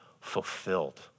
fulfilled